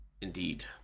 Indeed